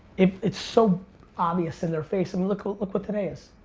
it's it's so obvious in their face. and look ah look what today is,